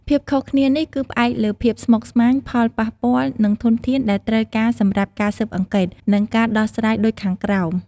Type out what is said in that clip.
ភាពខុសគ្នានេះគឺផ្អែកលើភាពស្មុគស្មាញ ផលប៉ះពាល់ និងធនធានដែលត្រូវការសម្រាប់ការស៊ើបអង្កេត និងការដោះស្រាយដូចខាងក្រោម។